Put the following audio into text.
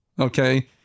okay